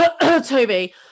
toby